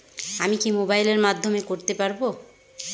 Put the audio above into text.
আমি কি মোবাইলের মাধ্যমে করতে পারব?